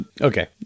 Okay